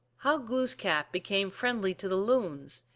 how glooskap became friendly to the loons,